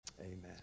amen